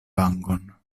vangon